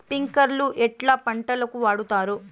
స్ప్రింక్లర్లు ఎట్లా పంటలకు వాడుతారు?